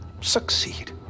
Succeed